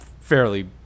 fairly